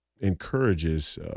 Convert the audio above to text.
encourages